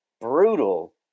brutal